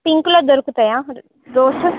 పింక్లో దొరుకుతాయా రోస్